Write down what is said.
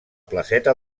placeta